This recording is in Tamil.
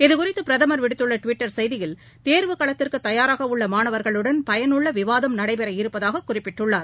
இது குறித்துபிரதமர் விடுத்துள்ளடுவிட்டர் செய்தியில் தேர்வு களத்திற்குதயாராகஉள்ளமாணவர்களுடன் பயனுள்ளவிவாதம் நடைபெற இருப்பதாககுறிப்பிட்டுள்ளார்